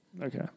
Okay